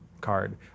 card